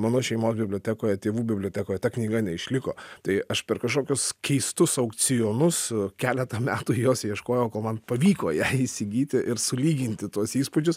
mano šeimos bibliotekoje tėvų bibliotekoje ta knyga neišliko tai aš per kažkokius keistus aukcionus keletą metų jos ieškojau kol man pavyko ją įsigyti ir sulyginti tuos įspūdžius